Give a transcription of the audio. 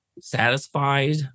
satisfied